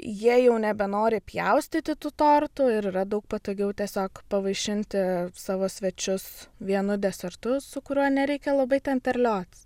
jie jau nebenori pjaustyti tų tortų ir yra daug patogiau tiesiog pavaišinti savo svečius vienu desertu su kuriuo nereikia labai ten terliotis